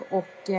och